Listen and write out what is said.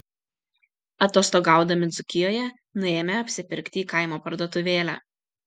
atostogaudami dzūkijoje nuėjome apsipirkti į kaimo parduotuvėlę